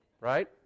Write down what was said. right